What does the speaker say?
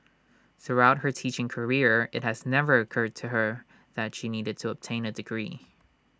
throughout her teaching career IT has never occurred to her that she needed to obtain A degree